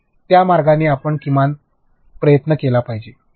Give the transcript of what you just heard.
तर त्या मार्गाने आपण किमान प्रयत्न केला पाहिजे